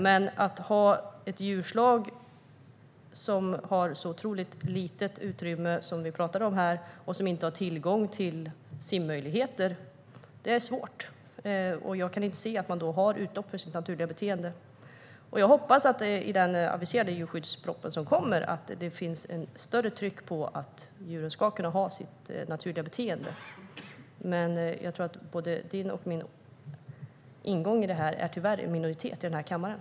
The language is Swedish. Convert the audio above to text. Men att ha ett djurslag som har ett så litet utrymme som vi här talar om och som inte har tillgång till simmöjligheter är svårt. Jag kan inte se att de har utlopp för sitt naturliga beteende. Jag hoppas att det i den aviserade djurskyddspropositionen som kommer finns ett större tryck på att djuren ska kunna ha sitt naturliga beteende. Men jag tror att både din och min ingång i detta tyvärr är i minoritet i kammaren.